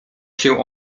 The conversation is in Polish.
się